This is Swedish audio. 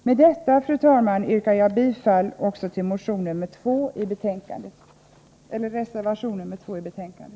Med detta, fru talman, yrkar jag bifall även till reservation nr 2 i detta betänkande.